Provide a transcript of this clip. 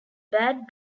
bad